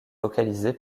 localisé